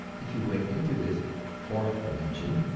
if you went into this fourth dimension,